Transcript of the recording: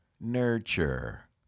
nurture